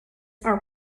are